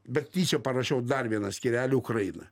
bet tyčia parašiau dar vieną skyrelį ukraina